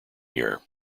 year